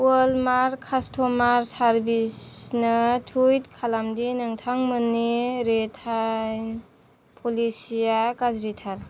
Walmart customer सारभिसनो टुइट खालामदि नोंथांमोननि रिटार्न पलिसि आ गाज्रिथार